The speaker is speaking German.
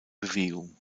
bewegung